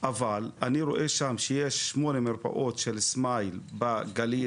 אבל אני רואה שיש שמונה מרפאות של סמייל בגליל,